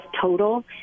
total